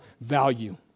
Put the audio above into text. value